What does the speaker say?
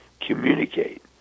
communicate